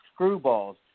screwballs